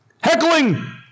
Heckling